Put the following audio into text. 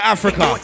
Africa